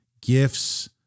gifts